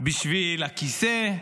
בשביל הכיסא,